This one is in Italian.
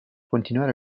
continuare